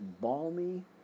balmy